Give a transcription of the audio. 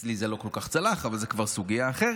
אצלי זה לא כל כך צלח, אבל זאת כבר סוגיה אחרת.